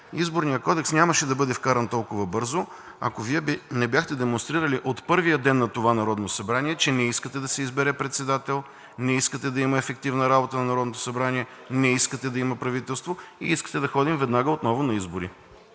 Изборният кодекс нямаше да бъде вкаран толкова бързо, ако Вие не бяхте демонстрирали от първия ден на това Народно събрание, че не искате да се избере председател, не искате да има ефективна работа на Народното събрание, не искате да има правителство и искате да ходим веднага отново на избори.